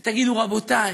ותגידו, רבותיי,